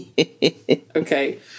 Okay